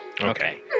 Okay